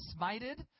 smited